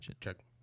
Check